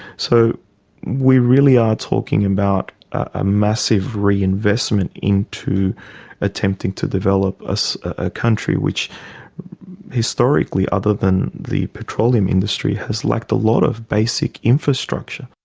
so we really are talking about a massive reinvestment into attempting to develop a country which historically, other than the petroleum industry, has lacked a lot of basic infrastructure.